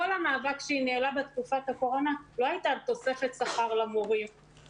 כל המאבק שהיא ניהלה בתקופת הקורונה לא הייתה על תוספת שכר למורים,